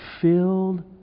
filled